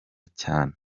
cane